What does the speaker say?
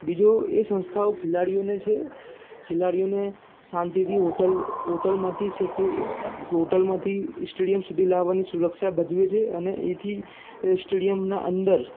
બીજો એ સંસ્થાઓ ખેલાડીઓને છે ખેલાડીઓને શાંતિથી ઓટલ ઓટલમાંથી સિક્યુ હોટલમાંથી સ્ટેડિયમ સુધી લાવવાની સુરક્ષા ભજવે છે અને એથી સ્ટેડિયમના અંદર